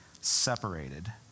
separated